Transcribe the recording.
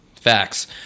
Facts